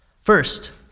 First